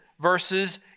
verses